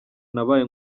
nabaye